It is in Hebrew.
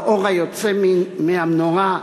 והאור היוצא מהמנורה,